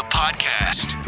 podcast